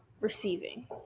receiving